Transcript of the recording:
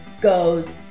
goes